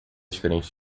diferente